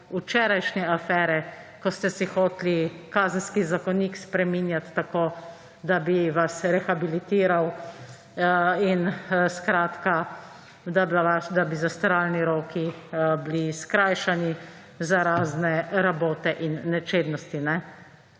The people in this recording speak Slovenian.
včerajšnje afere, ko ste si hoteli Kazenski zakonik spreminjati tako, da bi vas rehabilitiral in da bi zastaralni roki bili skrajšani za razne rabote in nečednosti.